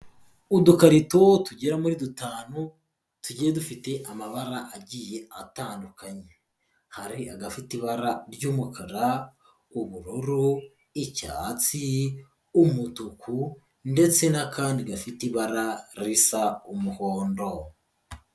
Udukarito tugera muri dutanu tugiye dufite amabara agiye atandukanye, hari agafite ibara ry'umukara, ubururu, icyatsi, umutuku ndetse n'akandi gafite ibara risa umuhondo.